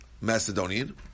Macedonian